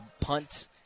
punt